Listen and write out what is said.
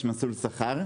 יש מסלול שכר,